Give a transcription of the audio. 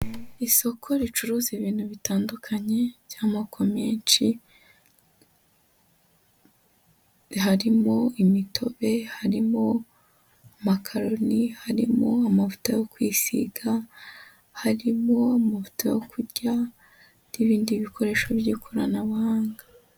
Isoko ricuruza ibintu bitandukanye by'amoko menshi harimo imitobe, harimo makaroni, harimo amavuta yo kwisiga, harimo movuta yo kurya n'ibindi bikoresho by'ikoranabuhanga.